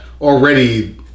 already